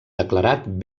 declarat